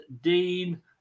Dean